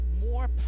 more